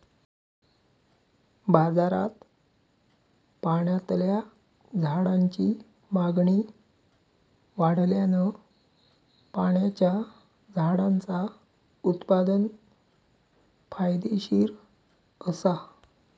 बाजारात पाण्यातल्या झाडांची मागणी वाढल्यान पाण्याच्या झाडांचा उत्पादन फायदेशीर असा